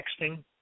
texting